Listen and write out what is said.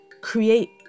create